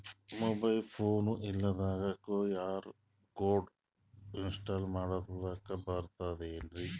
Mobile phone ಇಲ್ದಂಗ QR code install ಮಾಡ್ಲಕ ಬರ್ತದೇನ್ರಿ?